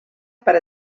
per